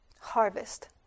harvest